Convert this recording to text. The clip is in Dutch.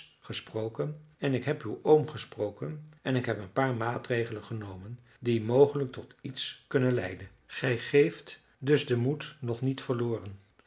gesproken en ik heb uw oom gesproken en ik heb een paar maatregelen genomen die mogelijk tot iets kunnen leiden gij geeft dus den moed nog niet verloren